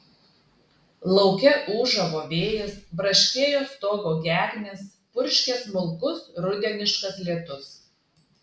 lauke ūžavo vėjas braškėjo stogo gegnės purškė smulkus rudeniškas lietus